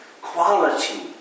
quality